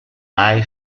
mai